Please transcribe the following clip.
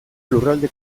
lurralde